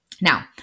now